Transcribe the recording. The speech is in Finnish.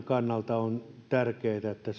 kannalta on tärkeätä että